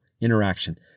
interaction